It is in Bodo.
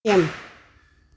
एम